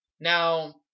Now